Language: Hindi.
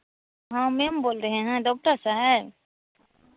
हँ मैम बोल रहे हैं डॉक्टर साहब